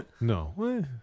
no